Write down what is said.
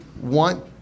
want